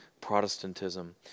Protestantism